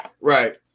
Right